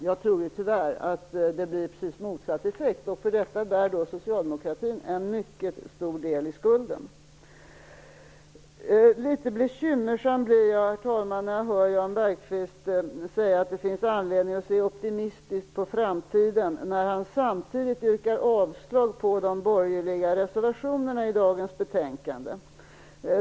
Jag tror tyvärr att det blir precis motsatt effekt, och för det bär socialdemokratin en mycket stor del av skulden. Herr talman! Jag blir litet bekymmersam när jag hör Jan Bergqvist säga att det finns anledning att se optimistiskt på framtiden när han samtidigt yrkar avslag på de borgerliga reservationerna i dagens betänkande.